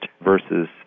versus